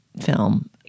film